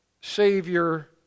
Savior